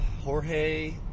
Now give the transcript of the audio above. Jorge